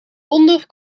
wonder